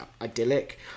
idyllic